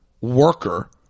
worker